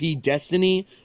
destiny